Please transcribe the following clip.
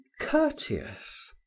courteous